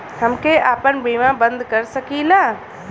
हमके आपन बीमा बन्द कर सकीला?